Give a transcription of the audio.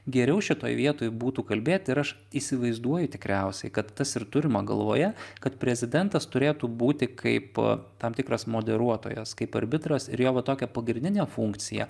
geriau šitoj vietoj būtų kalbėti aš įsivaizduoju tikriausiai kad tas ir turima galvoje kad prezidentas turėtų būti kaip tam tikras moderuotojas kaip arbitras ir jo va tokia pagrindinė funkcija